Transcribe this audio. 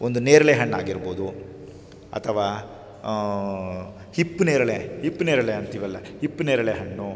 ಒಂದು ನೇರಳೆ ಹಣ್ಣಾಗಿರ್ಬೋದು ಅಥವಾ ಹಿಪ್ಪು ನೇರಳೆ ಹಿಪ್ ನೇರಳೆ ಅಂತಿವಲ್ಲ ಹಿಪ್ ನೇರಳೆ ಹಣ್ಣು